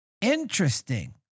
Interesting